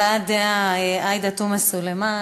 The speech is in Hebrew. הבעת דעה, עאידה תומא סלימאן.